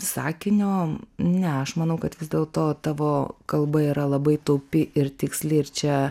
sakinio ne aš manau kad vis dėlto tavo kalba yra labai taupi ir tiksli ir čia